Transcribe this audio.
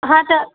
हा त